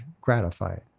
gratified